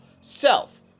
self